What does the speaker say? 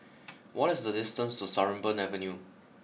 what is the distance to Sarimbun Avenue